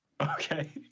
Okay